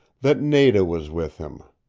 that nada was with him.